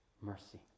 Mercy